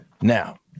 Now